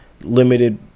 limited